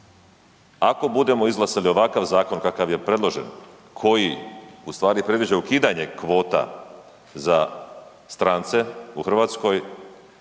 Ako budemo izglasali ovakav zakon kakav je predložen, koji ustvari predviđa ukidanje kvota za strance u Hrvatskoj,